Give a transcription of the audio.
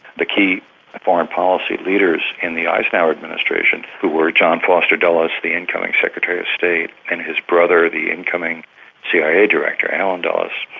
the key foreign policy leaders in the eisenhower administration who were john foster dulles, the incoming secretary of state, and his brother, the incoming cia director, alan dulles.